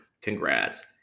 Congrats